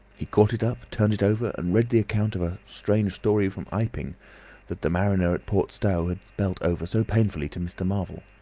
he caught it up, turned it over, and read the account of a strange story from iping that the mariner at port stowe had spelt over so painfully to mr. marvel.